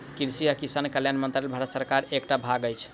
कृषि आ किसान कल्याण मंत्रालय भारत सरकारक एकटा भाग अछि